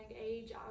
age